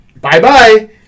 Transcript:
bye-bye